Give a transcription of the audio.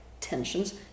tensions